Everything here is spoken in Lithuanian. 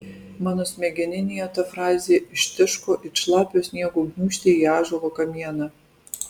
mano smegeninėje ta frazė ištiško it šlapio sniego gniūžtė į ąžuolo kamieną